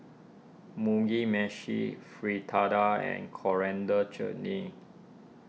Mugi Meshi Fritada and Coriander Chutney